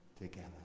together